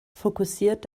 fokussiert